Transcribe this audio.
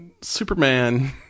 Superman